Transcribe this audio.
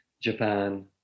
Japan